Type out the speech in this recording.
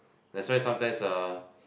that's why sometimes uh